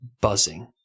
buzzing